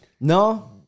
No